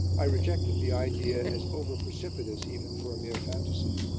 i rejected the idea as over-precipitous even for a mere fantasy.